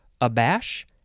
abash